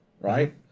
right